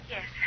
Yes